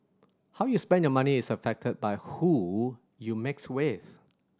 how you spend your money is affected by who you mix with